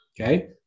Okay